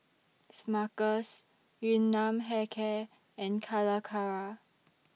Smuckers Yun Nam Hair Care and Calacara